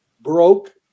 broke